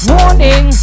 Warning